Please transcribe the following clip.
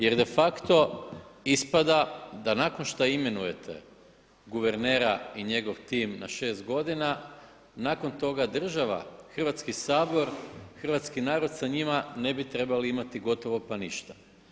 Jer de facto ispada da nakon što imenujete guvernera i njegov tim na 6 godina nakon toga država, Hrvatski sabor, hrvatski narod sa njima ne bi trebali imati gotovo pa ništa.